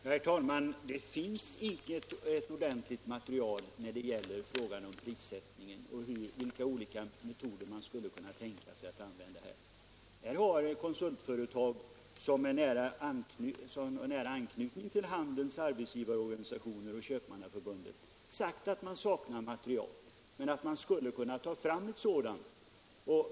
Herr talman! Det finns icke ett ordentligt material i frågan om vilka olika metoder man skulle kunna tänka sig att använda för prissättningen. Konsultföretag, som har nära anknytning till Handelns Arbetsgivareorganisation, Grossistförbundet och Köpmannaförbundet, har sagt att man saknar material men att man skulle kunna ta fram ett sådant.